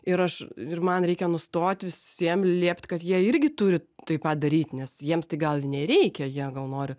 ir aš ir man reikia nustot visiem liept kad jie irgi turi taip pat daryt nes jiems tai gal nereikia jie gal nori